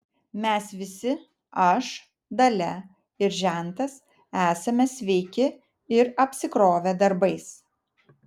mes visi aš dalia ir žentas esame sveiki ir apsikrovę darbais